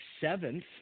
seventh